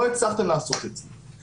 לא הצלחתם לעשות את זה,